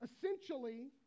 essentially